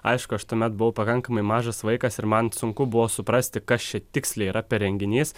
aišku aš tuomet buvau pakankamai mažas vaikas ir man sunku buvo suprasti kas čia tiksliai yra per renginys